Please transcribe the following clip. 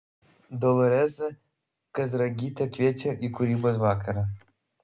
doloresa kazragytė kviečia į kūrybos vakarą